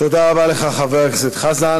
תודה רבה לך, חבר הכנסת חזן.